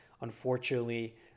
unfortunately